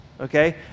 Okay